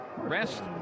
rest